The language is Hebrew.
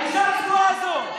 האישה הצבועה הזאת,